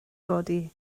godi